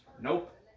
Nope